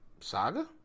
Saga